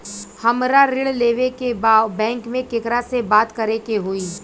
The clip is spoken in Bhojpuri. हमरा ऋण लेवे के बा बैंक में केकरा से बात करे के होई?